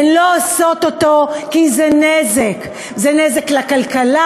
הן לא עושות אותו כי זה נזק, זה נזק לכלכלה,